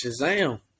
shazam